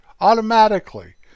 automatically